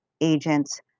agents